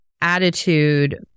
attitude